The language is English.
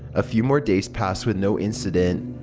a few more days passed with no incident.